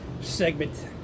segment